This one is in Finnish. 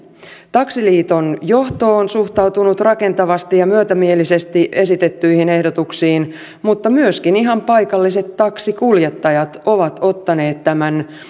taksiliiton johto on suhtautunut rakentavasti ja myötämielisesti esitettyihin ehdotuksiin mutta myöskin ihan paikalliset taksinkuljettajat ovat ottaneet tämän